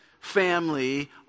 family